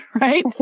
Right